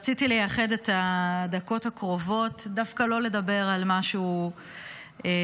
רציתי לייחד את הדקות הקרובות דווקא לא לדבר על משהו פוליטי,